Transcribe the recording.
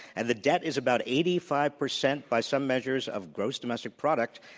and the debt is about eighty five percent, by some measures, of gross domestic product.